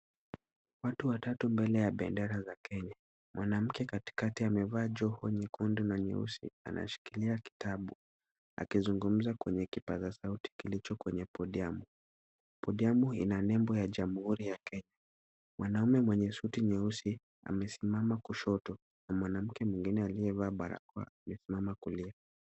Watu watatu mbele ya bendera za Kenya, mwanamke katikati amevaa joho nyekundu na nyeusi anashikilia kitabu akizungumza kwenye kipaza sauti kilicho kwenye podiamu , podiamu ina nembo ya jamuhuri ya Kenya, mwanaume mwenye suti nyeusi amesimama kushoto na mwanamke mwingine aliyevaa barakoa amesimama kulia .